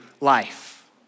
life